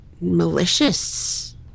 malicious